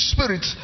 Spirit